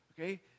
Okay